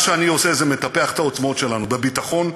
מה שאני עושה זה מטפח את העוצמות שלנו בביטחון,